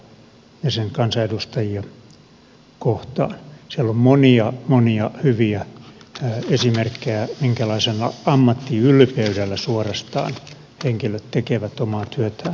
siellä on monia monia hyviä esimerkkejä minkälaisella ammattiylpeydellä suorastaan henkilöt tekevät omaa työtään